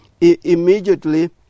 Immediately